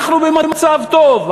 אנחנו במצב טוב,